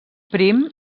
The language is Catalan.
prim